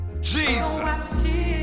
Jesus